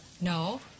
No